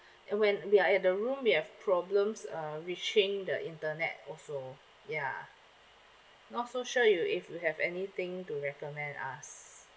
when we are at the room we have problems um reaching the internet also ya not so sure you if you have anything to recommend us